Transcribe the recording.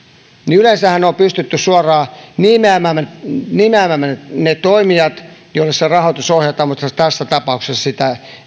yleensähän on pystytty suoraan nimeämään ne toimijat joille se rahoitus ohjataan mutta tässä tapauksessa sitä